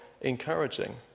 encouraging